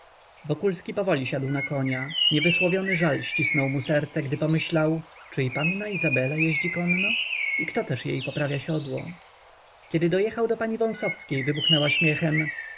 czy kamień wokulski powoli siadł na konia niewysłowiony żal ścisnął mu serce gdy pomyślał czy i panna izabela jeździ konno i kto też jej poprawia siodło kiedy dojechał do pani wąsowskiej wybuchnęła śmiechem